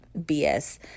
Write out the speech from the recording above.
BS